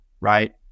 right